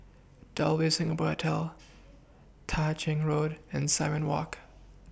W Singapore Hotel Tah Ching Road and Simon Walk